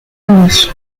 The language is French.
unis